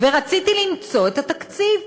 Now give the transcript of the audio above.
ורציתי למצוא את התקציב.